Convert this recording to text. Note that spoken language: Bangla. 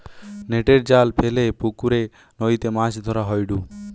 নেটের জাল ফেলে পুকরে, নদীতে মাছ ধরা হয়ঢু